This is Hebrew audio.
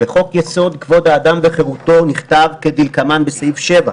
בחוק יסוד כבוד האדם וחירותו נכתב כדלקמן בסעיף 7: